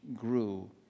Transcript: grew